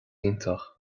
iontach